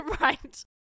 Right